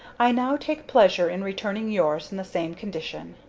i now take pleasure in returning yours in the same condition.